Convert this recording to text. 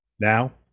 Now